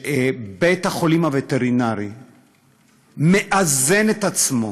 שבית-החולים הווטרינרי מאזן את עצמו